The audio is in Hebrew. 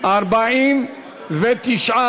היהודית לארץ-ישראל (תיקון,